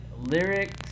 lyrics